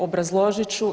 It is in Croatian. Obrazložit ću.